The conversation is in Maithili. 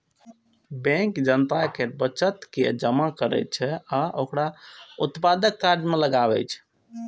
बैंक जनता केर बचत के जमा करै छै आ ओकरा उत्पादक काज मे लगबै छै